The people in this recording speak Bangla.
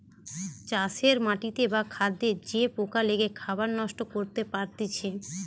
চাষের মাটিতে বা খাদ্যে যে পোকা লেগে খাবার নষ্ট করতে পারতিছে